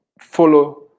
follow